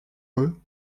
eux